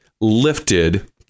lifted